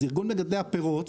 אז ארגון מגדלי הפירות